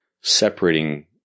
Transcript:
separating